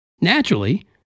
Naturally